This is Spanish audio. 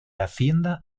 hacienda